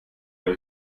mehr